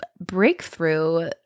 breakthrough